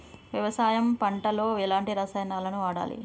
వ్యవసాయం పంట లో ఎలాంటి రసాయనాలను వాడాలి?